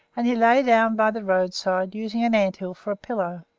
and he lay down by the roadside using an ant-hill for a pillow.